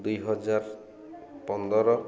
ଦୁଇହଜାର ପନ୍ଦର